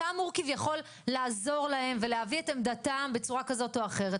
אתה אמור כביכול לעזור להם ולהביא את דעתם בצורה כזאת או אחרת,